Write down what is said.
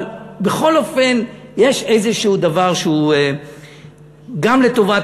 אבל בכל אופן יש איזה דבר שהוא גם לטובת